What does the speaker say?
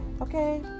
okay